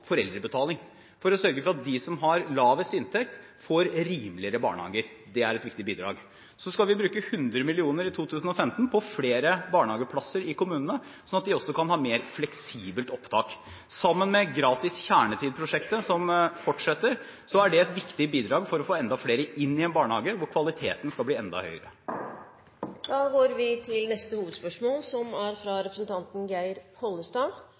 foreldrebetaling for å sørge for at de som har lavest inntekt, får rimeligere barnehage. Det er et viktig bidrag. Så skal vi bruke 100 mill. kr i 2015 på flere barnehageplasser i kommunene slik at de også kan ha mer fleksible opptak. Sammen med gratis kjernetid-prosjektet – som fortsetter – er det et viktig bidrag for å få enda flere inn i en barnehage hvor kvaliteten skal bli enda høyere. Da går vi til neste hovedspørsmål. Mitt spørsmål går til forsvarsministeren. Vår nasjonale forsvarsindustri er